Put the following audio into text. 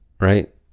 Right